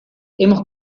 hemos